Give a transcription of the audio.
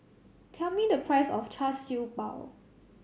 tell me the price of Char Siew Bao